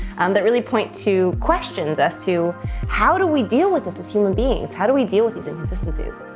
um, that really point to questions as to how do we deal with this as human beings? how do we deal with these inconsistencies?